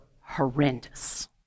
horrendous